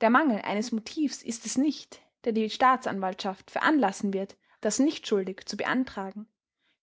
der mangel eines motivs ist es nicht der die staatsanwaltschaft veranlassen wird das nichtschuldig zu beantragen